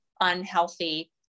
unhealthy